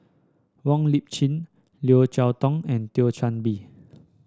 Wong Lip Chin Yeo Cheow Tong and Thio Chan Bee